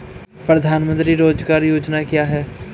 प्रधानमंत्री रोज़गार योजना क्या है?